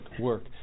work